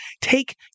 take